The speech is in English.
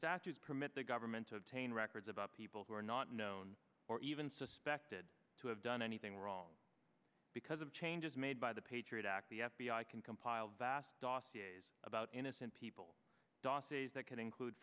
statutes permit the government to obtain records about people who are not known or even suspected to have done anything wrong because of changes made by the patriot act the f b i can compile vast dossiers about innocent people dossiers that can include